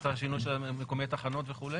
את השינוי של מיקומי תחנות וכו'?